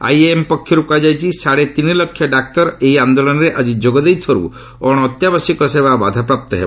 IMA ପକ୍ଷର୍ କୃହାଯାଇଛି ସାଢ଼େ ତିନି ଲକ୍ଷ ଡାକ୍ତର ଏହି ଆନ୍ଦୋଳନରେ ଆକି ଯୋଗ ଦେଉଥିବାରୁ ଅଣ ଅତ୍ୟାବଶ୍ୟକ ସେବା ବାଧାପ୍ରାପ୍ତ ହେବ